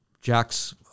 Jack's